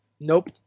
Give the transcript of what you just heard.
Nope